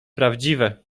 prawdziwe